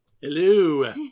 Hello